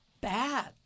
Bad